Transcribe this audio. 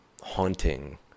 haunting